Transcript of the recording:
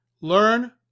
learn